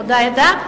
מאותה עדה,